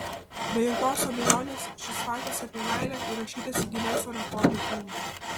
be jokios abejonės šis faktas apie meilę įrašytas į gineso rekordų knygą